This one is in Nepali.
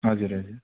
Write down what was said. हजुर हजुर